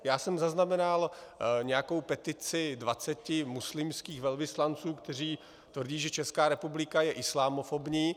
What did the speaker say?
Já jsem zaznamenal nějakou petici 20 muslimských velvyslanců, kteří tvrdí, že Česká republika je islamofobní.